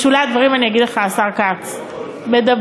בשולי הדברים אני אגיד לך, השר כץ, מדברים,